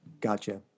Gotcha